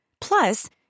Plus